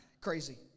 Crazy